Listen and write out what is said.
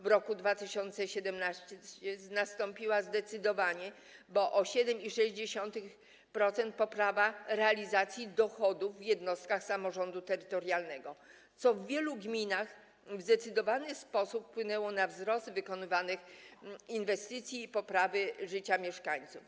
W roku 2017 nastąpiła zdecydowana, bo o 7,6%, poprawa realizacji dochodów w jednostkach samorządu terytorialnego, co w wielu gminach w zdecydowany sposób wpłynęło na wzrost wykonywanych inwestycji i poprawę życia mieszkańców.